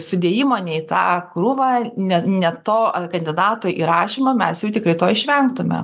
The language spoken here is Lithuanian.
sudėjimo ne į tą krūvą ne ne to kandidato įrašymą mes jau tikrai to išvengtume